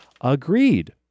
Agreed